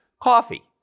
Coffee